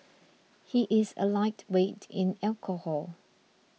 he is a lightweight in alcohol